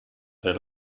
del